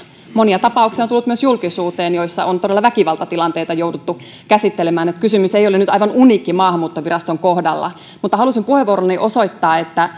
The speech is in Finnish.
monia tapauksia on tullut myös julkisuuteen joissa on todella väkivaltatilanteita jouduttu käsittelemään niin että kysymys ei ole nyt aivan uniikki maahanmuuttoviraston kohdalla mutta halusin puheenvuorollani osoittaa että